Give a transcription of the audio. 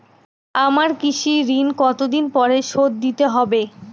আমার কৃষিঋণ কতদিন পরে শোধ দিতে হবে?